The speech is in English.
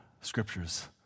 scriptures